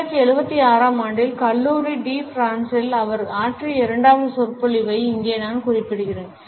1976 ஆம் ஆண்டில் கல்லூரி டி பிரான்சில் அவர் ஆற்றிய இரண்டாவது சொற்பொழிவை இங்கே நான் குறிப்பிடுவேன்